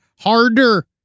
harder